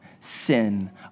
sin